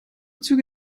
züge